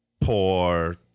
poor